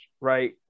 right